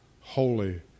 holy